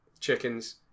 Chickens